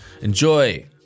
Enjoy